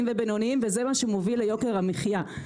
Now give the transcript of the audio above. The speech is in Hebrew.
ובינוניים וזה מה שמוביל ליוקר המחיה.